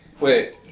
Wait